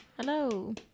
Hello